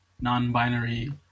non-binary